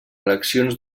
eleccions